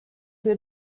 wir